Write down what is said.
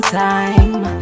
time